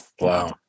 Wow